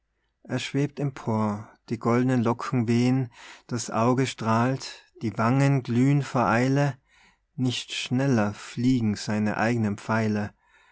er schwebt empor die goldnen locken weh'n das auge strahlt die wangen glüh'n vor eile nicht schneller fliegen seine eignen pfeile